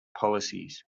policies